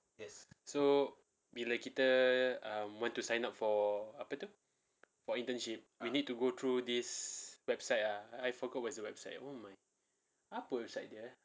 so bila kita um want to sign up for apa tu for internship you need to go through this website ah I forgot what's the website oh my apa website dia ah